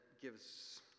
gives